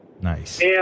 Nice